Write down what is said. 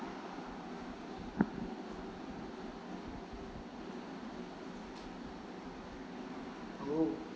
oh